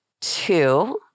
two